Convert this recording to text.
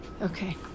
Okay